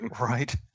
Right